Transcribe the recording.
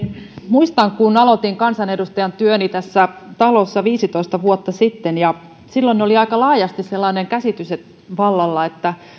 muistan kun aloitin kansanedustajan työni tässä talossa viisitoista vuotta sitten että silloin oli aika laajasti vallalla sellainen käsitys että